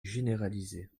généralisées